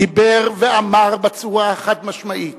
דיבר ואמר בצורה חד-משמעית